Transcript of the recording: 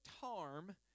harm